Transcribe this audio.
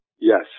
Yes